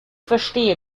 verstehe